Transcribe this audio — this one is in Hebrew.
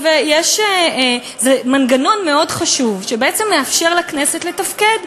זה מנגנון מאוד חשוב, שבעצם מאפשר לכנסת לתפקד.